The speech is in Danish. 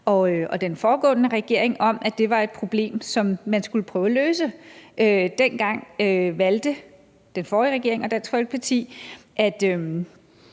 og den forrige regering om, at det var et problem, som man skulle prøve at løse. Dengang valgte den forrige regering og Dansk Folkeparti at